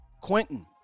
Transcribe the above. Quentin